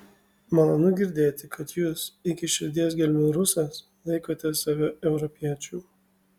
malonu girdėti kad jūs iki širdies gelmių rusas laikote save europiečiu